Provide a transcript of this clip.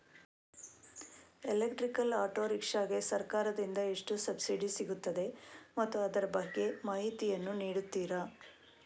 Electrical auto rickshaw ಗೆ ಸರ್ಕಾರ ದಿಂದ ಎಷ್ಟು ಸಬ್ಸಿಡಿ ಸಿಗುತ್ತದೆ ಮತ್ತು ಅದರ ಬಗ್ಗೆ ಮಾಹಿತಿ ಯನ್ನು ನೀಡುತೀರಾ?